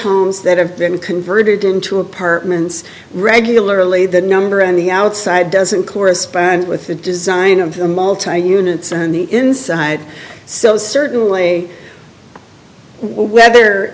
homes that have been converted into apartments regularly the number on the outside doesn't correspond with the design of the multi unit the inside so certainly whether